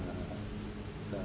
uh s~